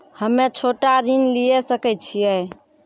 हम्मे छोटा ऋण लिये सकय छियै?